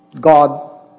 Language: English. God